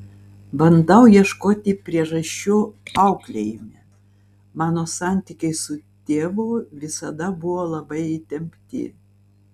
bandau ieškoti priežasčių auklėjime mano santykiai su tėvu visada buvo labai įtempti